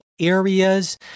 areas